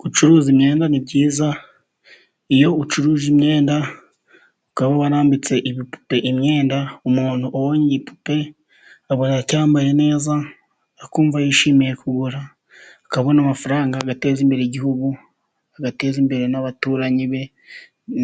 Gucuruza imyenda ni byiza, iyo ucuruje imyenda ukaba wanambitse igipupe imyenda umuntu ubonye igipupe abona cyambaye neza akumva yishimiye kugura, akabona amafaranga agateza imbere igihugu, agateza imbere n'abaturanyi be